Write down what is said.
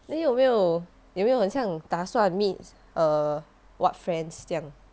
then 有没有有没有很像打算 meet err what friends 这样